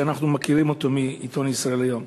שאנחנו מכירים אותו מהעיתון "ישראל היום".